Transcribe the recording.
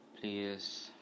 Please